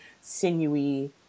sinewy